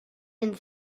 and